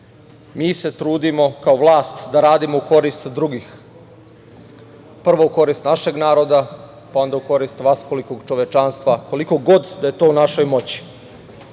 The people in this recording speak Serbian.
mi se trudimo kao vlast da radimo u korist drugih. Prvo u korist našeg naroda, pa onda u korist vaskolikog čovečanstva, koliko god da je to u našoj moći. Zato